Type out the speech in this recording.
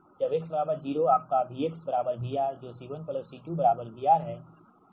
जब x 0 आपका V VR जो C1 C2 VR है